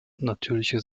natürliche